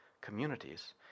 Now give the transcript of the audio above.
communities